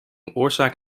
oorzaak